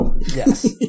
Yes